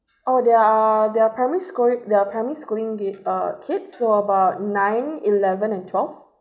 oh there are there are primary schooli~ there are primary schooling the uh kids so about nine eleven and twelve